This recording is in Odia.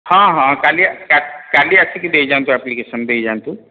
ହଁ ହଁ କାଲି କାଲି ଆସିକି ଦେଇଯାଆନ୍ତୁ ଆପ୍ଲିକେସନ୍ ଦେଇଯାଆନ୍ତୁ